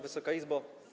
Wysoka Izbo!